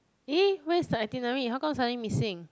eh where's my itinerary how come suddenly missing